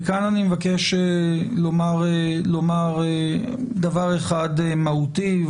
וכאן אני מבקש לומר דבר אחד מהותי,